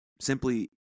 simply